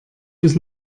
bis